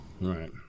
Right